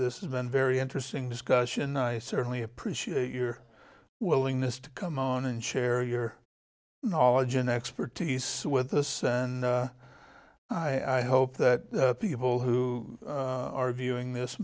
this has been very interesting discussion i certainly appreciate your willingness to come on and share your knowledge and expertise with us and i hope that people who are viewing this